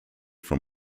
from